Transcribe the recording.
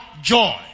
Joy